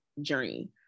journey